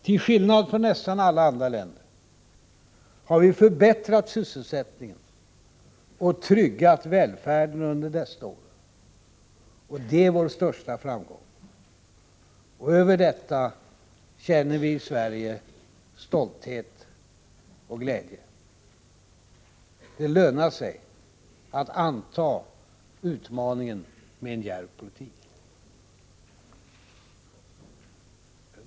Till skillnad från nästan alla andra länder har vi förbättrat sysselsättningen och tryggat välfärden under dessa år. Det är vår största framgång. Över detta känner vi i Sverige stolthet och glädje. Det lönar sig att anta utmaningen med en djärv politik.